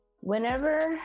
whenever